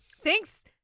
Thanks